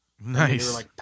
Nice